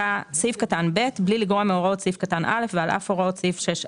ביחס לניכוי שיעור